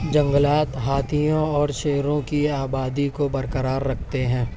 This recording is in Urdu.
جنگلات ہاتھیوں اور شیروں کی آبادی کو برقرار رکھتے ہیں